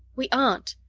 we aren't.